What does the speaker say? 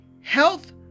health